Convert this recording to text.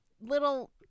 little